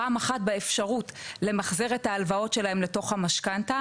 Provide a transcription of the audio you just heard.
פעם אחת באפשרות למחזר את ההלוואות שלהם לתוך המשכנתא.